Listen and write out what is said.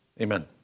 amen